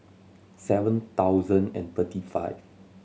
seven thousand and thirty five